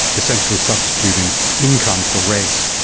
essentially substituting income for race.